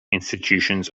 institutions